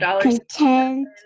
content